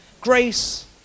grace